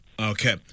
Okay